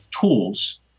tools